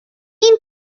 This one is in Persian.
این